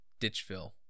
Ditchville